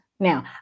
Now